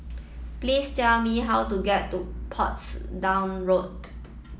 please tell me how to get to Portsdown Road